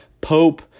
Pope